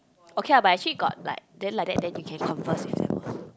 okay ah but actually got like then like that then you can converse with them [what]